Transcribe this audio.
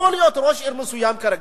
יכול להיות ראש עיר מסוים כרגע,